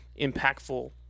impactful